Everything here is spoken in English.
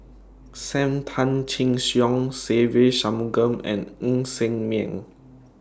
SAM Tan Chin Siong Se Ve Shanmugam and Ng Ser Miang